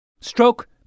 Stroke